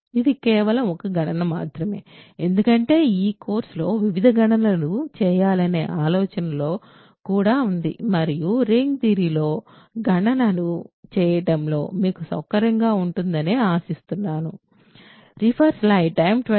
ఇది కేవలం ఒక గణన మాత్రమే ఎందుకంటే ఈ కోర్సులో వివిధ గణనలు చేయాలనే ఆలోచన కూడా ఉంది మరియు రింగ్ థియరీలో గణనలు చేయడంలో మీకు సౌకర్యంగా ఉంటుందనే ఆశిస్తున్నాము